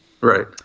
Right